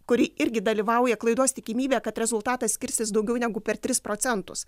kuri irgi dalyvauja klaidos tikimybė kad rezultatas skirsis daugiau negu per tris procentus